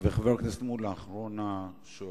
חבר הכנסת מולה, אחרון השואלים.